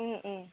ও ও